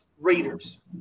Raiders